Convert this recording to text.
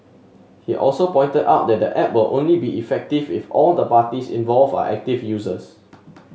he also pointed out that the app will only be effective if all the parties involved are active users